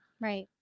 right